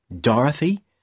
Dorothy